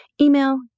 Email